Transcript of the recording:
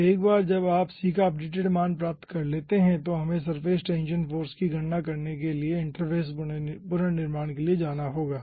तो एक बार जब आप c का अपडेटेड मान प्राप्त कर लेते हैं तो हमें सर्फेस टेंशन फोर्स की गणना के लिए इंटरफ़ेस पुनर्निर्माण के लिए जाना होगा